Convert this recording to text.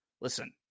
Listen